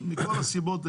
מכל הסיבות,